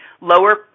lower